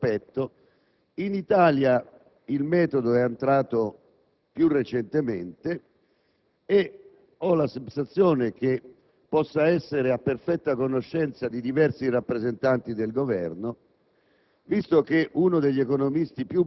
Ci sono fior di studi su questo aspetto: in Italia tale metodo è entrato più recentemente, ma ho la sensazione che possa essere a perfetta conoscenza di diversi rappresentanti del Governo,